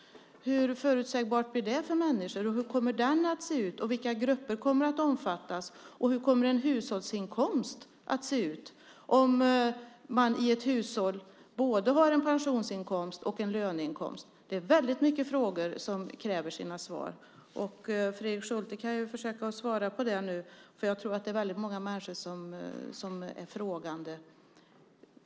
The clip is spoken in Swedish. Hur förutsägbart blir det för människor? Hur kommer den att se ut, och vilka grupper kommer att omfattas? Hur kommer en hushållsinkomst att se ut om man i ett hushåll har både en pensionsinkomst och en löneinkomst? Det är väldigt mycket frågor som kräver sina svar. Fredrik Schulte kan försöka att svara på dem nu. Jag tror att det är väldigt många människor som är frågande.